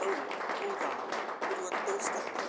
तौ पूजां कुर्वन्तौ स्तः